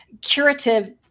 curative